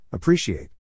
Appreciate